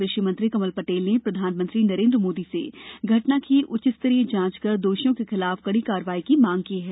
कृषि मंत्री कमल पटेल ने प्रधानमंत्री नरेन्द्र मोदी से घटना की उच्च स्तरीय जांच दोषियों के खिलाफ कड़ी कार्रवाई की मांग की कर है